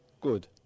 good